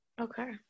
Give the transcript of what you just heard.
okay